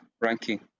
ranking